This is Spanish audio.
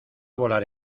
volar